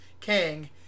Kang